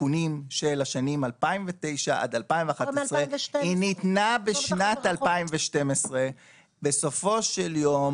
עדכונים של השנים 2009 עד 2011. היא ניתנה בשנת 2012. בסופו של יום